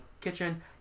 kitchen